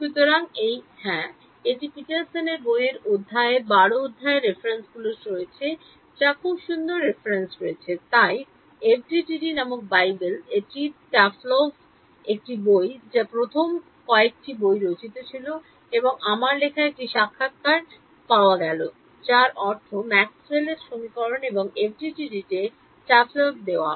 সুতরাং এই হ্যাঁ এই পিটারসন বইয়ের এই অধ্যায়ের 12 অধ্যায়ে রেফারেন্সগুলি রয়েছে যা খুব সুন্দর রেফারেন্স রয়েছে তাই এফডিটিডি নামক বাইবেল এটি তাফ্লোভের একটি বই যা প্রথম কয়েকটি বই রচিত ছিল এবং আমার লেখা একটি সাক্ষাত্কার পাওয়া গেল যার অর্থ ম্যাক্সওয়েলের Maxwell'sসমীকরণ এবং এফডিটিডি তে তাফ্লোভের দেওয়া